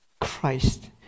Christ